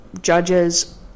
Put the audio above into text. judges